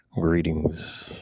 Greetings